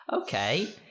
okay